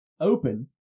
open